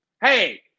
Hey